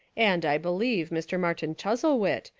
and, i believe, mr. martin chuzzlewit,